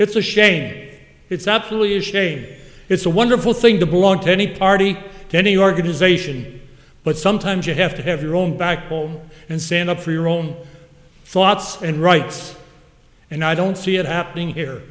it's a shame it's up really a shame it's a wonderful thing to belong to any party any organisation but sometimes you have to have your own back home and stand up for your own thoughts and rights and i don't see it happening here